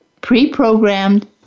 pre-programmed